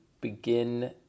begin